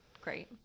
great